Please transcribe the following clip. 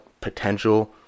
potential